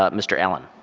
ah mr. allen.